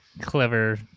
clever